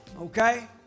okay